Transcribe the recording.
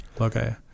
Okay